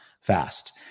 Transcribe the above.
fast